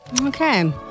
Okay